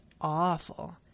awful